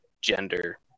gender